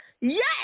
Yes